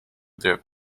their